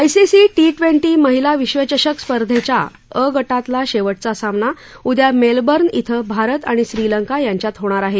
ICC T twenty महिला विश्वचषक स्पर्धेच्या अ गटातला शेवटचा सामना उदया मेलबर्न इथं भारत आणि श्रीलंका यांच्यात होणार आहे